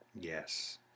Yes